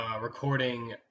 recording